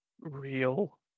real